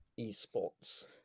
Esports